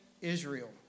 Israel